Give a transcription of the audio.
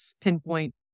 pinpoint